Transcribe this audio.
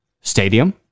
Stadium